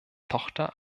tochter